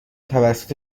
توسط